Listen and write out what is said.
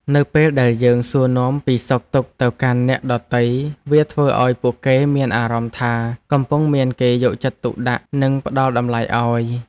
នៅពេលដែលយើងសួរនាំពីសុខទុក្ខទៅកាន់អ្នកដទៃវាធ្វើឱ្យពួកគេមានអារម្មណ៍ថាកំពុងមានគេយកចិត្តទុកដាក់និងផ្តល់តម្លៃឱ្យ។